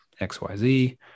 XYZ